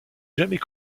jamais